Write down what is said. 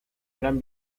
eran